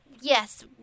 Yes